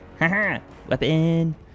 Weapon